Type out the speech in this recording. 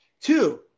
Two